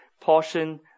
portion